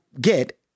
get